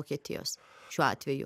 vokietijos šiuo atveju